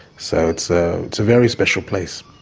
so, it's ah it's a very special place.